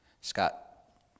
Scott